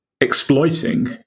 exploiting